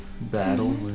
Battle